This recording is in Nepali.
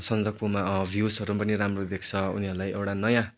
सन्दकपूमा भ्युजहरू पनि राम्रो देख्छ उनीहरूलाई एउटा नयाँ